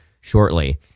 shortly